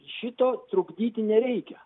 šito trukdyti nereikia